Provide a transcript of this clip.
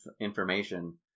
information